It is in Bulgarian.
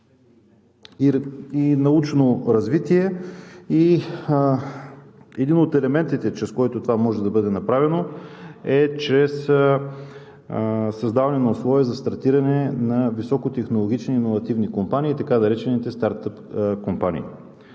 и научно развитие. Един от елементите, чрез който това може да бъде направено, е, че са създадени условия за стартиране на високотехнологични иновативни компании, така наречените стартъп компании.